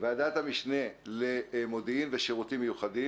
המשנה למודיעין ושירותים מיוחדים,